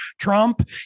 Trump